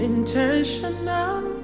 Intentional